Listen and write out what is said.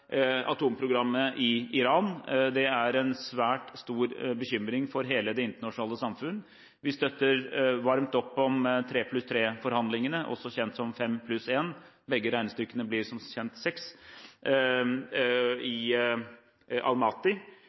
atomprogrammet i Iran. Det er en svært stor bekymring for hele det internasjonale samfunn. Vi støtter varmt opp om 3+3-forhandlingene, også kjent som 5+1, i Almaty – begge regnestykkene blir som kjent 6. Vi er direkte involvert i